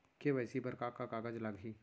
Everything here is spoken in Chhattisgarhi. के.वाई.सी बर का का कागज लागही?